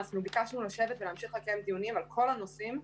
ביקשנו לשבת ולהמשיך לקיים דיונים על כל הנושאים.